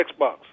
Xbox